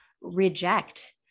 reject